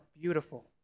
beautiful